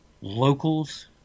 locals